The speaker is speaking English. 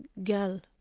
girl,